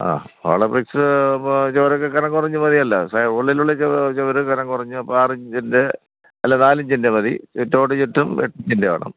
hollow bricks കുറഞ്ഞ് മതിയല്ലോ സ ഉള്ളിലുള്ളിൽ കനം കുറഞ്ഞ് അപ്പം ആറിഞ്ചിൻ്റെ അല്ല നാല് ഇഞ്ചിൻ്റെ മതി ചുറ്റും എട്ടിഞ്ചിൻ്റെ വേണം